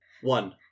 One